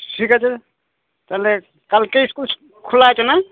ঠিক আছে তাহলে কালকে স্কুল খোলা আছে না